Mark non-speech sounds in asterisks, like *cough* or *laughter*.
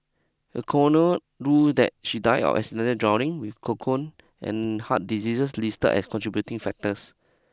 a corner ruled that she died of accidental drowning with *unintelligible* and heart diseases listed as contributing factors